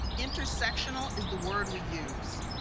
intersectional is the word we use.